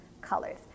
colors